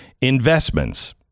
Investments